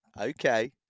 Okay